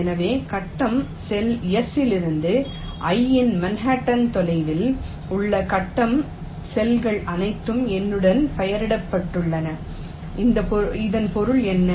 எனவே கட்டம் செல் S இலிருந்து i இன் மன்ஹாட்டன் தொலைவில் உள்ள கட்டம் செல்கள் அனைத்தும் என்னுடன் பெயரிடப்பட்டுள்ளன இதன் பொருள் என்ன